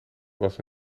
was